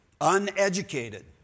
uneducated